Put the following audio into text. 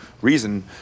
reason